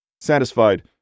Satisfied